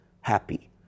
happy